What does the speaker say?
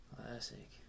Classic